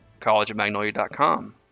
collegeofmagnolia.com